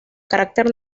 carácter